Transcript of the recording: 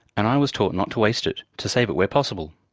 and i was taught not to waste it, to save it where possible.